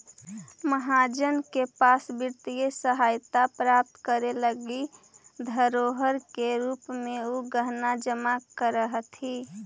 महाजन के पास वित्तीय सहायता प्राप्त करे लगी धरोहर के रूप में उ गहना जमा करऽ हथि